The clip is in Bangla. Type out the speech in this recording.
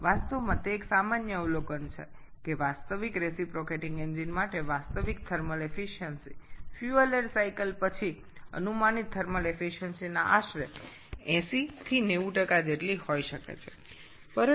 প্রকৃতপক্ষে এটি একটি সাধারণ পর্যবেক্ষণ যে সত্যিকারের রিসিপোক্রেটিং ইঞ্জিনের জন্য প্রকৃত তাপ দক্ষতা ফুয়েল এয়ার চক্রের অনুসরণের তাপীয় দক্ষতার প্রায় ৮০ থেকে ৯০ হতে পারে